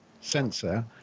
sensor